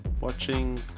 watching